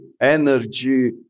energy